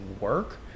work